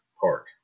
Park